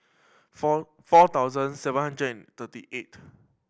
four four thousand seven hundred thirty eight